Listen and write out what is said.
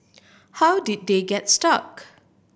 how did they gets stuck